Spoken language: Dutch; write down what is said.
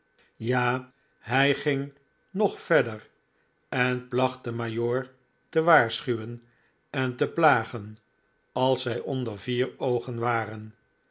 ja hij ging nog verder en placht den majoor te waarschuwen en te plagen als zij onder vier dogen waren